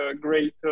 great